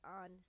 on